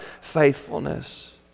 faithfulness